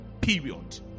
Period